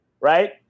Right